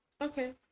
okay